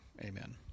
amen